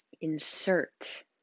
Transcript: insert